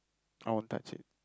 I won't touch it